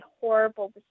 horrible